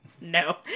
No